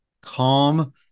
calm